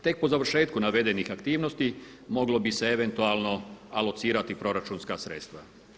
Tek po završetku navedenih aktivnosti moglo bi se eventualno alocirati proračunska sredstva.